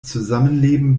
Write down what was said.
zusammenleben